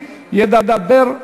ידבר,